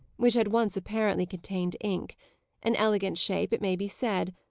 which had once apparently contained ink an elegant shape, it may be said,